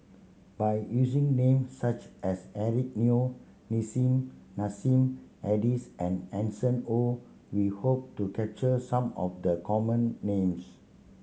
by using names such as Eric Neo Nissim Nassim Adis and Hanson Ho we hope to capture some of the common names